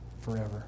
forever